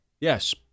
Yes